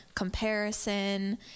comparison